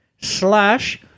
slash